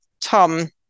Tom